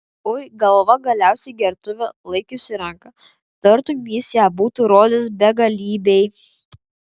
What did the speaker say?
ui galva galiausiai gertuvę laikiusi ranka tartum jis ją būtų rodęs begalybei